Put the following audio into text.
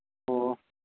ꯑꯣ